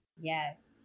Yes